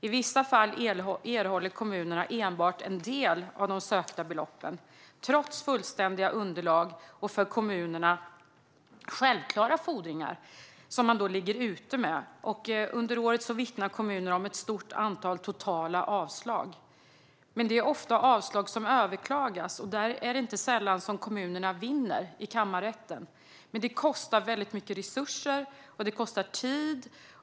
I vissa fall erhåller kommunerna enbart en del av de sökta beloppen trots fullständiga underlag och för kommunerna självklara fordringar, som man då ligger ute med. Under året har kommuner vittnat om ett stort antal totala avslag. Det är ofta avslag som överklagas, och det är inte sällan som kommunerna vinner i kammarrätten. Men det kostar väldigt mycket resurser och tid.